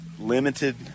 limited